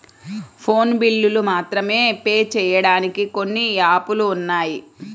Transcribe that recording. phone బిల్లులు మాత్రమే pay చెయ్యడానికి కొన్ని యాపులు ఉన్నాయి